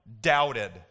doubted